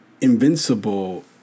invincible